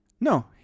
No